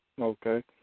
Okay